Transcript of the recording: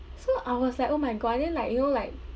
so I was like oh my god and then like you know like